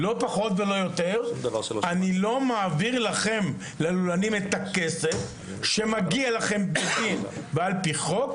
אני לא מעביר ללולנים את הכסף שמגיע לכם על פי חוק